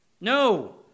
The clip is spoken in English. No